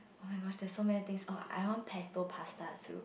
oh-my-gosh there's so many things oh I want pesto pasta too